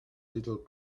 little